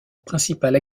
principale